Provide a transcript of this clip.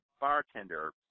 bartender